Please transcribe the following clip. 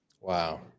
Wow